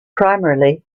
primarily